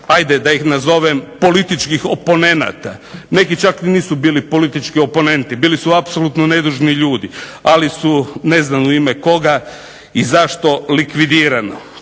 ajde da ih nazovem političkih oponenata, neki čak nisu bili politički oponenti, bili su apsolutno nedužni ljudi ali su ne znam u ime koga i zašto likvidirano.